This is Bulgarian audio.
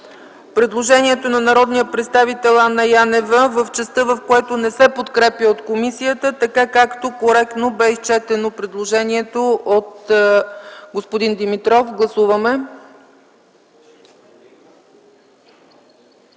предложението на народния представител Анна Янева в частта, в което не се подкрепя от комисията, така както коректно бе изчетено предложението от господин Димитров. Гласували